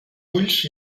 ulls